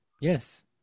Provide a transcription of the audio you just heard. Yes